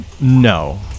no